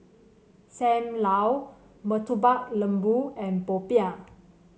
Sam Lau Murtabak Lembu and popiah